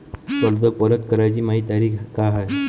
कर्ज परत कराची मायी तारीख का हाय?